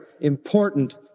important